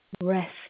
rest